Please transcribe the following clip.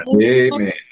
Amen